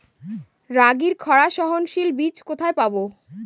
রাগির খরা সহনশীল বীজ কোথায় পাবো?